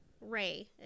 Ray